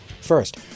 First